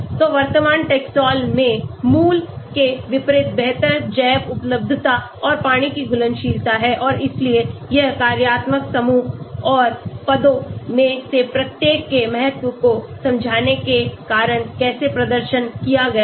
तो वर्तमान Taxol में मूल के विपरीत बेहतर जैव उपलब्धता और पानी की घुलनशीलता है और इसलिए यह कार्यात्मक समूहों और पदों में से प्रत्येक के महत्व को समझने के कारण कैसे प्रदर्शन किया गया था